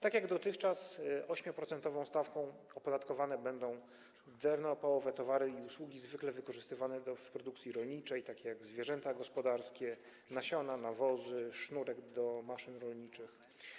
Tak jak dotychczas 8-procentową stawką opodatkowane będą towary i usługi zwykle wykorzystywane do produkcji rolniczej, takie jak zwierzęta gospodarskie, nasiona, nawozy, sznurek do maszyn rolniczych.